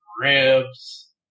ribs